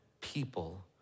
people